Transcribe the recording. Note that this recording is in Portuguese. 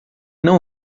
não